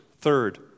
Third